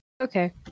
Okay